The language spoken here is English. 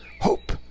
hope